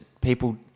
people